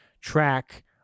track